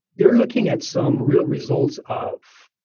you're looking at some real results of